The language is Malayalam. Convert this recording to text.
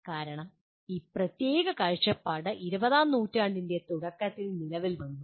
കാരണം ഈ പ്രത്യേക കാഴ്ചപ്പാട് ഇരുപതാം നൂറ്റാണ്ടിൻ്റെ തുടക്കത്തിൽ നിലവിൽ വന്നു